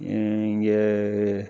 இ இங்கே